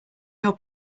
your